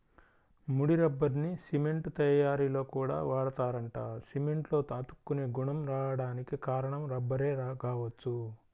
ముడి రబ్బర్ని సిమెంట్ తయ్యారీలో కూడా వాడతారంట, సిమెంట్లో అతుక్కునే గుణం రాడానికి కారణం రబ్బరే గావచ్చు